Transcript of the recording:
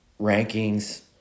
rankings